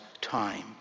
time